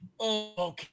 okay